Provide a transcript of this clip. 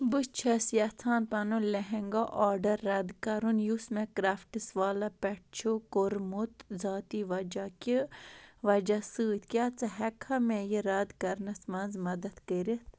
بہٕ چھَس یژھان پَنُن لہنگا آرڈر رد کَرُن یُس مےٚ کرافٹٕس والا پیٹھ چھُ کوٚرمُت ذاتی وجہ کہِ وجہ سۭتۍ کیاہ ژٕ ہٮ۪ککھا مےٚ یہِ رد کرنَس منٛز مدد کٔرِتھ